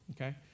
okay